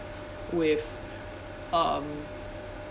with um